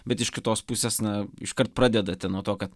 bet iš kitos pusės na iškart pradedate nuo to kad